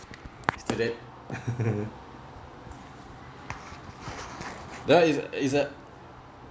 still there ya is uh is uh